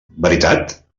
veritat